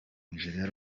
nigeria